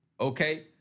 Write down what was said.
Okay